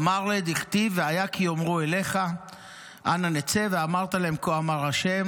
אמר ליה: דכתיב 'והיה כי יאמרו אליך אנה נצא ואמרת אליהם כה אמר ה'